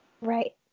Right